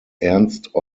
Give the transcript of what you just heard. ernst